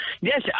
yes